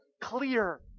clear